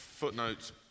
Footnote